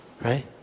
right